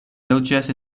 loĝas